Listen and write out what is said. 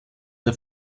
der